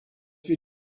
wir